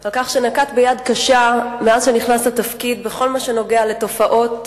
על כך שנקט יד קשה מאז נכנס לתפקיד בכל מה שנוגע לתופעות